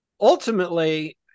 ultimately